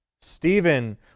Stephen